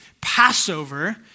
Passover